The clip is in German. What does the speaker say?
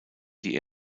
die